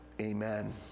amen